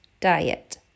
diet